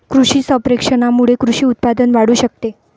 कृषी संप्रेषणामुळे कृषी उत्पादन वाढू शकते